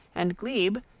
and glebe,